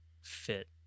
fit